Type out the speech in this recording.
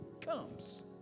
comes